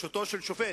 בראשותו של שופט,